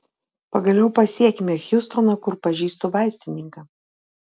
pagaliau pasiekėme hjustoną kur pažįstu vaistininką